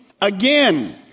again